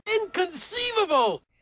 Inconceivable